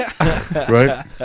Right